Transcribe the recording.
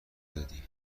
دادی